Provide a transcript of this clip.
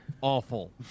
awful